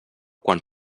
quan